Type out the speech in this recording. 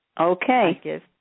Okay